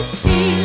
see